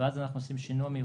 ואז אנחנו עושים שינוע מיוחד.